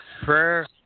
prayer